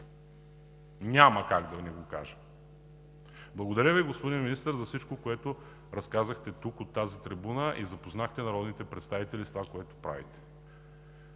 Няма как да не го кажа. Благодаря Ви, господин Министър, за всичко, което разказахте тук, от тази трибуна, и запознахте народните представители с това, което правите.